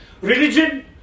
Religion